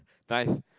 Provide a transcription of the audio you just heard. nice